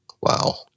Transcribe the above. Wow